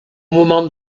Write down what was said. moment